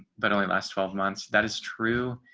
but only last twelve months. that is true.